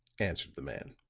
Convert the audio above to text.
answered the man.